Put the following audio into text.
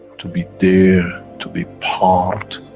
to be there to be part,